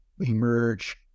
Emerge